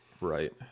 Right